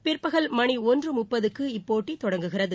பிற்பகல் மணி ஒன்று முப்பதுக்கு இப்போட்டி தொடங்குகிறது